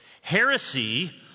Heresy